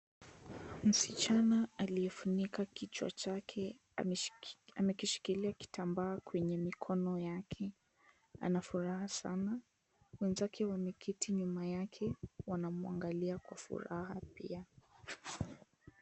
Msichana aliyefunika kichwa chake amekishikilia kitambaa kwenye mikono yake ana furaha Sana , wenzake wameketi nyuma yake wanamuangalia Kwa furaha pia.